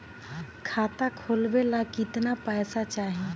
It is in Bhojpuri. खाता खोलबे ला कितना पैसा चाही?